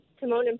Timon